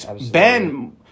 Ben